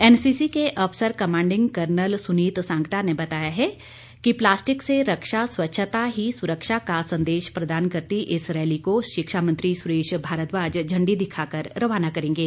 NCC के अफसर commanding colonel Sunit Sangta ने बताया है कि प्लास्टिक से रक्षा स्वच्छता ही सुरक्षा का संदेश प्रदान करती इस रैली को शिक्षा मंत्री सुरेश भारद्वाज झंडी दिखाकर रवाना करेंगे